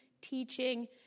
teaching